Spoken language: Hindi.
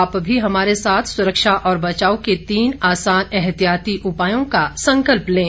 आप भी हमारे साथ सुरक्षा और बचाव के तीन आसान एहतियाती उपायों का संकल्प लें